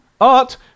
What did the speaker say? Art